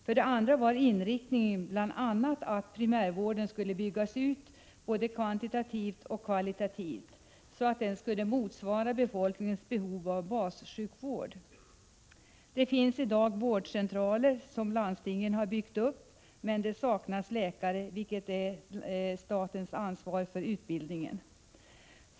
För det andra var inriktningen bl.a. att primärvården skulle byggas ut både kvantitativt och kvalitativt, så att den skulle motsvara befolkningens behov av bassjukvård. Det finns i dag vårdcentraler som landstingen har byggt upp men som saknar läkare. Staten har ansvaret för utbildningen.